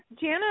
Jana